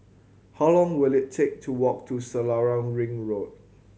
how long will it take to walk to Selarang Ring Road